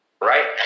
Right